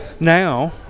Now